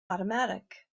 automatic